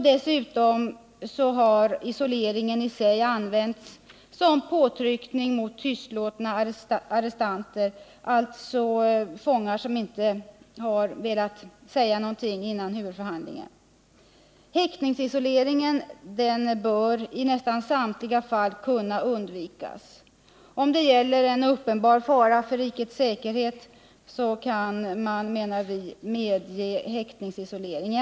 Dessutom harisoleringen använts som påtryckning mot tystlåtna arrestanter, dvs. fångar som inte har velat säga någonting före huvudförhandlingen. Häktningsisoleringen bör nästan alltid kunna undvikas. Vid uppenbar fara för rikets säkerhet kan man, enligt vår åsikt, medge häktningsisolering.